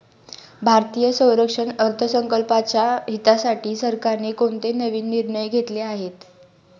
भारतीय संरक्षण अर्थसंकल्पाच्या हितासाठी सरकारने कोणते नवीन निर्णय घेतले आहेत?